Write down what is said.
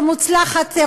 לא מוצלחת,